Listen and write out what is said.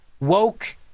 woke